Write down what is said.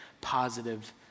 positive